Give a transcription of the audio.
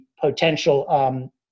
potential